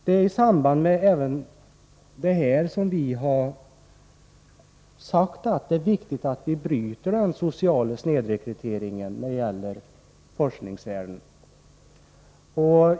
Det är bl.a. i samband med detta som vi har sagt att det är viktigt att bryta den sociala snedrekryteringen när det gäller forskningsvärlden.